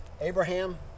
abraham